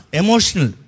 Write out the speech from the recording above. emotional